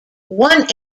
one